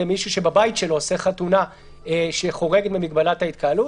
מישהו שבבית שלו עושה חתונה שחורג ממגבלת ההתקהלות.